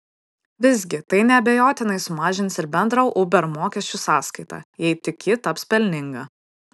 visgi tai neabejotinai sumažins ir bendrą uber mokesčių sąskaitą jei tik ji taps pelninga